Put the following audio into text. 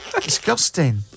disgusting